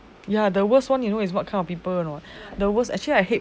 ya the worst one you know is what kind of people or not the worst actually I hate